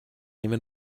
even